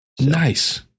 Nice